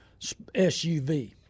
SUV